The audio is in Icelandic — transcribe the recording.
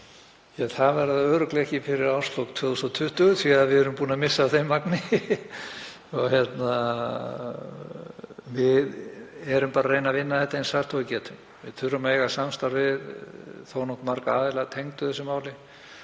Það verður örugglega ekki fyrir árslok 2020, ég sé að við erum búin að missa af þeim vagni. Við erum bara að reyna að vinna þetta eins hratt og við getum. Við þurfum að eiga samstarf við þó nokkuð marga aðila tengda þessu máli